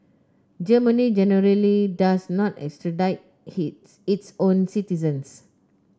Germany generally does not extradite its own citizens